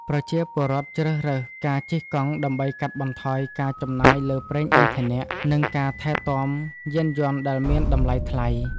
ប្រជាពលរដ្ឋជ្រើសរើសការជិះកង់ដើម្បីកាត់បន្ថយការចំណាយលើប្រេងឥន្ធនៈ និងការថែទាំយានយន្តដែលមានតម្លៃថ្លៃ។